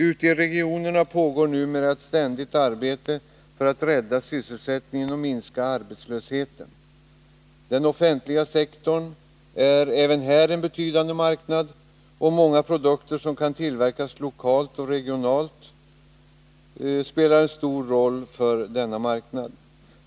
Ute i regionerna pågår numera ett ständigt arbete för att rädda sysselsättningen och minska arbetslösheten. Den offentliga sektorn är även här en betydande marknad, och många produkter som kan tillverkas lokalt och regionalt spelar en stor roll för denna marknad.